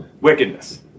wickedness